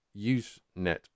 Usenet